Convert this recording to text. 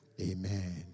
Amen